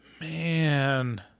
Man